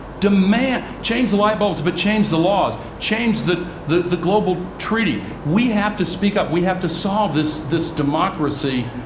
demand change the light bulbs, but change the laws. change the the global treaties. we have to speak up. we have to solve this this democracy